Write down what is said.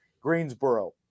Greensboro